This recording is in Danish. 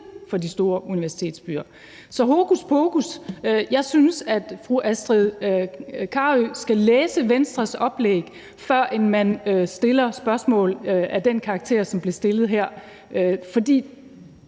for de store universitetsbyer – så hokuspokus! Jeg synes, at fru Astrid Carøe skal læse Venstres oplæg, før hun stiller spørgsmål af den karakter, som det havde her. For